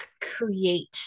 create